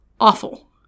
awful